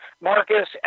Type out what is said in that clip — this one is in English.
Marcus